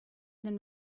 then